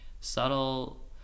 subtle